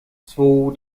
zwo